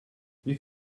wie